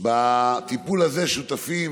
לטיפול הזה שותפים,